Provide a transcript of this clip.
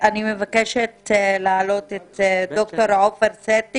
אני מבקשת להעלות את ד"ר עופר סטי